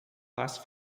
last